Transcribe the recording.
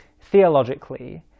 theologically